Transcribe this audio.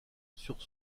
sur